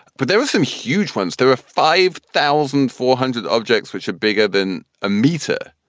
but there are some huge ones. there are five thousand four hundred objects which are bigger than a meter.